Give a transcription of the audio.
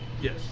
Yes